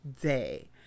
day